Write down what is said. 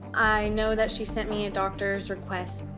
i know that she sent me a doctors request.